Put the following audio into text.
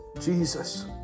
Jesus